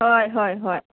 ꯍꯣꯏ ꯍꯣꯏ ꯍꯣꯏ